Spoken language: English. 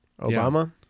Obama